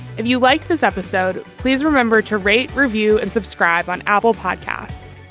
if you like this episode, please remember to rate review and subscribe on apple podcast.